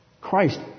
Christ